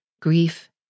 grief